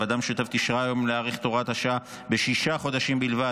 הוועדה המשותפת אישרה היום להאריך את הוראת השעה בשישה חודשים בלבד,